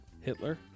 Hitler